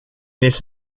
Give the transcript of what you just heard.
this